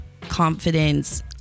confidence